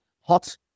hot